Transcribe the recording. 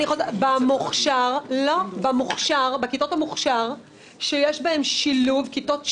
לא, בכיתות המוכש"ר שיש בהן כיתות שילוב,